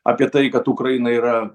apie tai kad ukraina yra